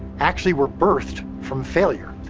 actually were birthed from failure.